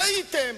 טעיתם.